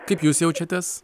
kaip jūs jaučiatės